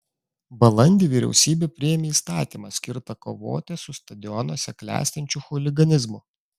balandį vyriausybė priėmė įstatymą skirtą kovoti su stadionuose klestinčiu chuliganizmu